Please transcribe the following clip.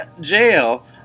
jail